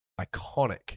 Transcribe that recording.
iconic